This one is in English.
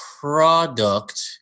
Product